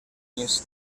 fins